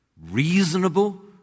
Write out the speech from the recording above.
reasonable